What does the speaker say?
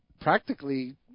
practically